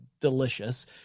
delicious